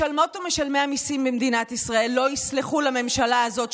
משלמות ומשלמי המיסים במדינת ישראל לא יסלחו לממשלה הזאת,